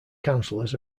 councillors